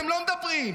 על זה אתם לא מדברים.